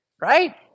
Right